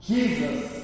Jesus